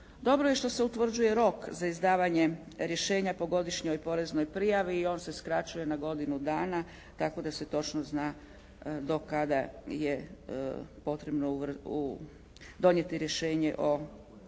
Dobro je što se utvrđuje rok za izdavanje rješenja po godišnjoj poreznoj prijavi i on se skraćuje na godinu dana tako da se točno zna do kada je potrebno, donijeti rješenje o godišnjoj